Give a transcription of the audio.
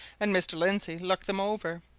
and mr. lindsey looked them over.